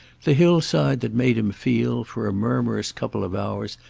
the hillside that made him feel, for a murmurous couple of hours,